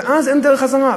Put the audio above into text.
ואז אין דרך חזרה.